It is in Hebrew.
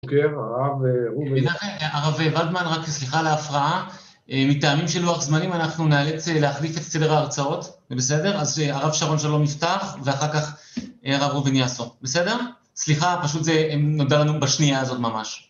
כן, הרב רובין. מנחם, הרב ולדמן, רק סליחה להפרעה, מטעמים של לוח זמנים אנחנו נאלץ להחליף את סדר ההרצאות, זה בסדר? אז הרב שרון שלום יפתח, ואחר כך הרב רובין יחזור, בסדר? סליחה, פשוט זה נודע לנו בשנייה הזאת ממש.